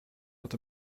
dat